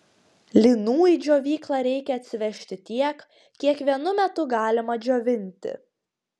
linų į džiovyklą reikia atsivežti tiek kiek vienu metu galima džiovinti